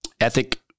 Ethic